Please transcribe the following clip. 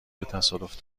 تصادف